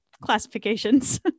classifications